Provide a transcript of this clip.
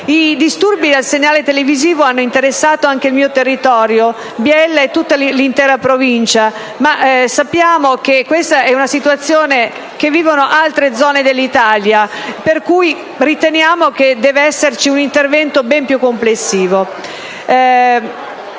I disturbi al segnale televisivo hanno interessato anche il mio territorio, Biella e l'intera provincia, ma sappiamo che questa è una situazione che vivono altre zone d'Italia, per cui riteniamo che debba esserci un intervento ben più complessivo.